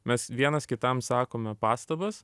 mes vienas kitam sakome pastabas